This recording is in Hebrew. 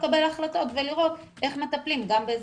לקבל החלטות ולראות איך מטפלים גם בזה.